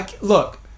Look